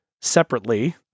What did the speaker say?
separately